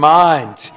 mind